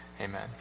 Amen